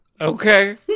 okay